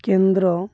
କେନ୍ଦ୍ର